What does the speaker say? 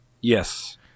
Yes